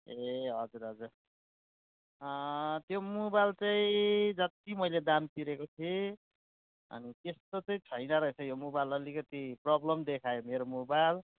ए हजुर हजुर त्यो मोबाइल चाहिँ जत्ति मैले दाम तिरेको थिएँ अनि त्यस्तो चाहिँ छैन रहेछ यो मोबाइल अलिकति प्रब्लम देखायो मेरो मोबाइल